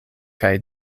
kaj